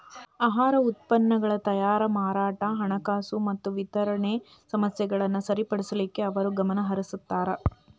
ಆಹಾರ ಉತ್ಪನ್ನಗಳ ತಯಾರಿ ಮಾರಾಟ ಹಣಕಾಸು ಮತ್ತ ವಿತರಣೆ ಸಮಸ್ಯೆಗಳನ್ನ ಸರಿಪಡಿಸಲಿಕ್ಕೆ ಅವರು ಗಮನಹರಿಸುತ್ತಾರ